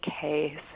case